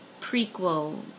prequel